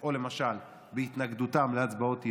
או למשל בהתנגדותם להצבעות אי-אמון,